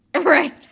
Right